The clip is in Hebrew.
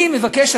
אני מבקש,